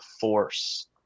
force